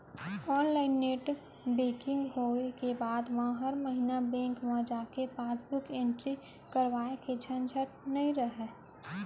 online net banking होय के बाद म हर महिना बेंक म जाके पासबुक एंटरी करवाए के झंझट नइ रहय